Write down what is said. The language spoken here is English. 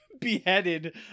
beheaded